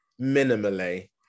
minimally